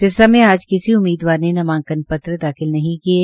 सिरसा से आज किसी उम्मीदवार नामांकन पत्र दाखिल नहीं किये